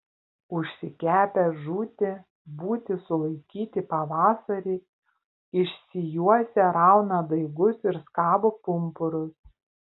užsikepę žūti būti sulaikyti pavasarį išsijuosę rauna daigus ir skabo pumpurus